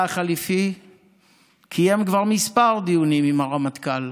החליפי קיים כבר כמה דיונים עם הרמטכ"ל